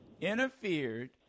interfered